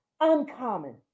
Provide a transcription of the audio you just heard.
uncommon